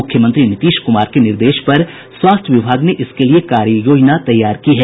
मुख्यमंत्री नीतीश कुमार के निर्देश पर स्वास्थ्य विभाग ने इसके लिए कार्य योजना तैयार की है